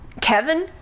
Kevin